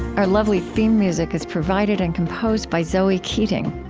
our lovely theme music is provided and composed by zoe keating.